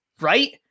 right